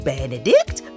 Benedict